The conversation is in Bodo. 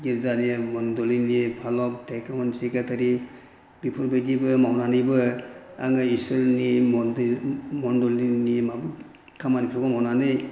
गिर्जानि मण्डलिनि फालक दासित्त' होन सेक्रेटारि बेफोरबायदिबो मावनानैबो आङो इसोरनि मन्दिर मण्डलिनि खामानिफोरखौ मावनानै